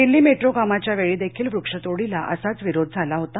Delhi metro कामाच्या वेळीदेखील वृक्ष तोडीला असाच विरोध झाला होता